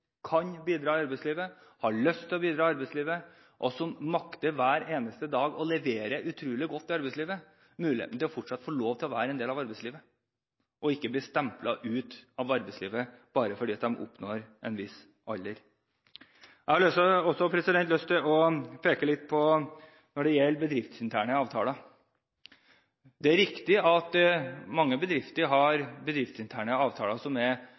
kan bidra i arbeidslivet, som har lyst til å bidra i arbeidslivet, og som hver eneste dag makter å levere utrolig godt i arbeidslivet, muligheten til fortsatt å få lov til å være en del av arbeidslivet og ikke bli stemplet ut av arbeidslivet bare fordi de oppnår en viss alder. Jeg har også lyst til å peke litt på bedriftsinterne avtaler. Det er riktig at mange bedrifter har bedriftsinterne avtaler